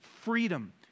freedom